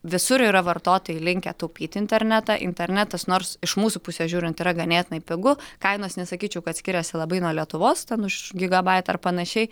visur yra vartotojai linkę taupyti internetą internetas nors iš mūsų pusės žiūrint yra ganėtinai pigu kainos nesakyčiau kad skiriasi labai nuo lietuvos ten už gigabaitą ar panašiai